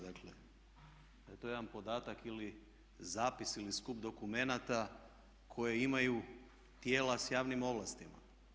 Dakle, da je to jedan podatak ili zapis ili skup dokumenata koje imaju tijela s javnim ovlastima.